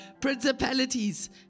principalities